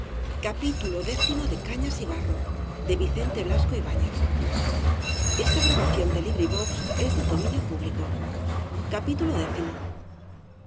las cañas de